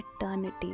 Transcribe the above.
eternity